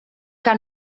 que